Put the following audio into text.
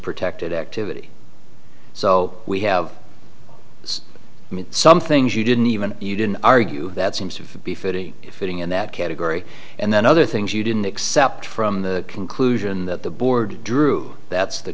protected activity so we have some things you didn't even you didn't argue that seems to be fitting fitting in that category and then other things you didn't except from the conclusion that the board drew that's the